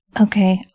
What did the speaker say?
Okay